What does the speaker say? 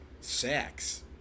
sex